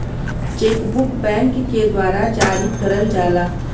check book bank के द्वारा जारी करल जाला